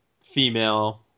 female